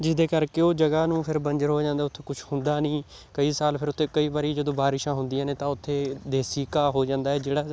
ਜਿਸਦੇ ਕਰਕੇ ਉਹ ਜਗ੍ਹਾ ਨੂੰ ਫਿਰ ਬੰਜਰ ਹੋ ਜਾਂਦਾ ਉੱਥੇ ਕੁਛ ਹੁੰਦਾ ਨਹੀਂ ਕਈ ਸਾਲ ਫਿਰ ਉੱਥੇ ਕਈ ਵਾਰੀ ਜਦੋਂ ਬਾਰਿਸ਼ਾਂ ਹੁੰਦੀਆਂ ਨੇ ਤਾਂ ਉੱਥੇ ਦੇਸੀ ਘਾਹ ਹੋ ਜਾਂਦਾ ਹੈ ਜਿਹੜਾ